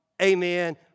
Amen